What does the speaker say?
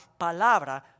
palabra